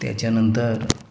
त्याच्यानंतर